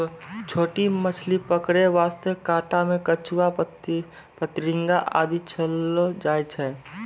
छोटो मछली पकड़ै वास्तॅ कांटा मॅ केंचुआ, फतिंगा आदि लगैलो जाय छै